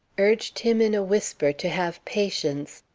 urged him in a whisper to have patience,